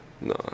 No